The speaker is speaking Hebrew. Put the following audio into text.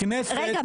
רגע,